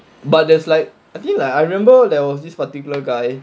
but there's like I think like I remember there was this particular guy